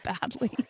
badly